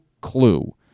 clue